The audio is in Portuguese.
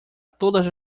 todas